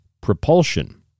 propulsion